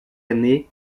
année